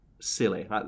silly